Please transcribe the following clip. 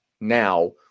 now